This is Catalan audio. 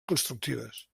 constructives